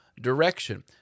direction